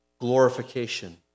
glorification